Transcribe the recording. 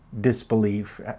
disbelief